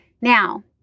Now